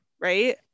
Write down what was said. right